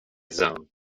zone